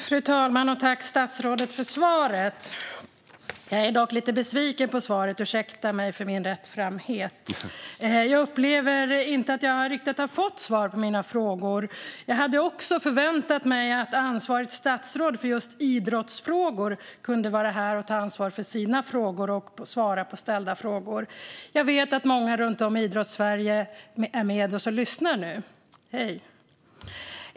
Fru talman! Tack, statsrådet, för svaret! Jag är dock lite besviken på svaret; ursäkta mig för min rättframhet. Jag upplever inte att jag riktigt har fått svar på mina frågor. Jag hade också förväntat mig att ansvarigt statsråd för just idrottsfrågor kunde vara här och ta ansvar för sina frågor och svara på ställda frågor. Jag vet att många runt om i Idrottssverige är med oss och lyssnar nu - hej!